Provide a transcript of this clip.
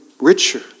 richer